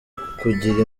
kugira